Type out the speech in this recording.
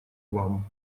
вам